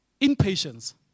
impatience